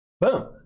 Boom